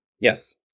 Yes